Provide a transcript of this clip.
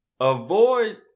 Avoid